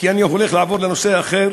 כי אני הולך לעבור לנושא אחר